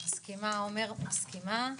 מסכימה, עומר, מסכימה.